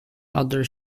another